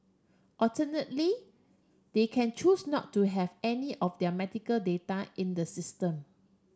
alternately they can choose not to have any of their medical data in the system